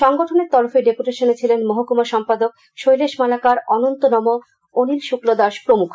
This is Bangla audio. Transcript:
সংগঠনের তরফে ডেপুটেশনে ছিলেন মহকুমা সম্পাদক শৈলেশ মালাকার অনন্ত নম অনিল শুক্লোদাস প্রমুখ